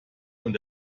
und